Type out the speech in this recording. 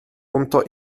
unter